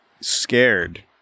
scared